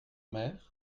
mère